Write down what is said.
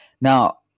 Now